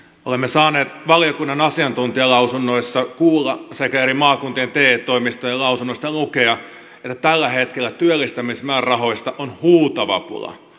olemme saaneet valiokunnan asiantuntijalausunnoissa kuulla sekä eri maakuntien te toimistojen lausunnoista lukea että tällä hetkellä työllistämismäärärahoista on huutava pula